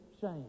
shame